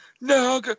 No